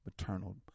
maternal